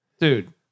dude